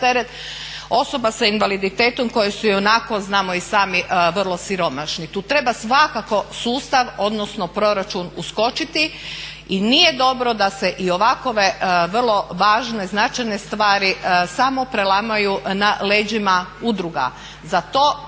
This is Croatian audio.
osoba sa invaliditetom koje su ionako znamo i sami vrlo siromašni. Tu treba svakako sustav, odnosno proračun uskočiti i nije dobro da se i ovakve vrlo važne, značajne stvari samo prelamaju na leđima udruga